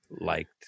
liked